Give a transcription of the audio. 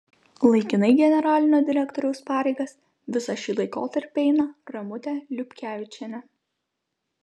laikinai generalinio direktoriaus pareigas visą šį laikotarpį eina ramutė liupkevičienė